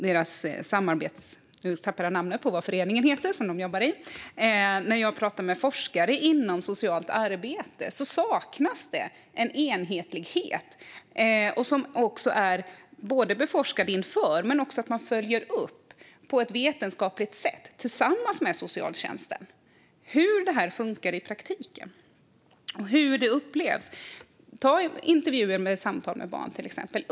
nu tappade jag namnet på föreningen - forskare inom socialt arbete saknas en enhetlig inriktning som är beforskad inför arbetet med att på ett vetenskapligt sätt tillsammans med socialtjänsten följa upp insatser. Det handlar om hur detta upplevs och fungerar i praktiken. Låt oss se på intervjuer och samtal med barn.